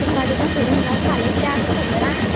तें प्रोजेक्टा सोडून घाल फाल्यां कितें हा तुका खबर हा